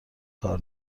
کار